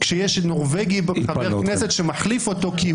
--- חבר הכנסת קרעי אתה בקריאה שנייה.